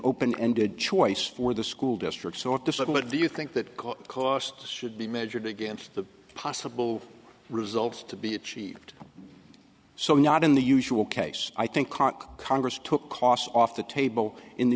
open ended choice for the school districts or decide what do you think that costs should be measured against the possible results to be achieved so not in the usual case i think cock congress took costs off the table in the